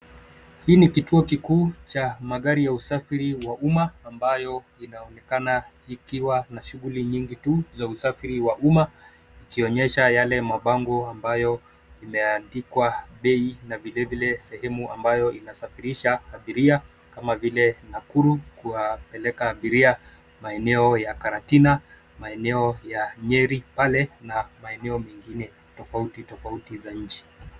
Hii ni kituo kikuu cha magari ya usafiri wa umma ambayo linaonekana likiwa na shughuli nyingi tu za usafiri wa umma, ikionyesha yale mabango ambayo imeandikwa bei na vilevile sehemu ambayo inasafirisha abiria, kama vile Nakuru, kuwapeleka abiria maeneo ya (cs) Karatina (cs), maeneo ya (cs) Nyeri (cs) pale na maeneo mengine tofauti tofauti za nchi.